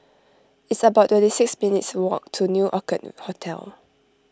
it's about twenty six minutes' walk to New Orchid Hotel